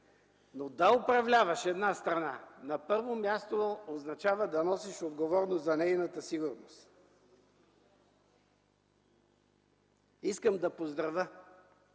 но да управляваш една страна, на първо място означава да носиш отговорност за нейната сигурност! Искам да поздравя